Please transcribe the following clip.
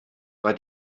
war